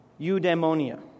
Eudaimonia